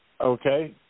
Okay